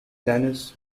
tennis